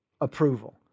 approval